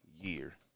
year